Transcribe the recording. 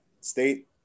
state